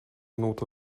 note